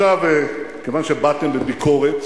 עכשיו, כיוון שבאתם בביקורת